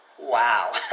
Wow